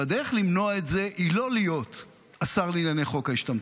והדרך למנוע את זה היא לא להיות השר לענייני חוק ההשתמטות,